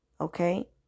Okay